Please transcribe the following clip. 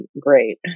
great